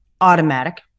automatic